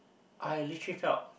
I literally felt